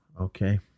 Okay